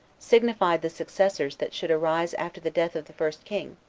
signified the successors that should arise after the death of the first king,